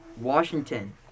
Washington